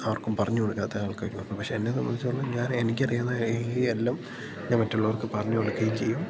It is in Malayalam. ആർക്കും പറഞ്ഞു കൊടുക്കാത്ത ആൾക്കാരുമുണ്ട് പക്ഷേ എന്നെ സമ്പന്ധിച്ച് പറഞ്ഞാൽ ഞാൻ എനിക്ക് അറിയാവുന്ന ഏ ഐ എല്ലാം ഞാൻ മറ്റുള്ളവർക്ക് പറഞ്ഞ് കൊടുക്കുകയും ചെയ്യും